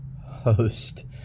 host